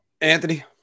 Anthony